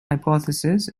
hypothesis